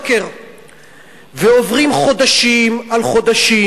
עוברים חודשים על חודשים,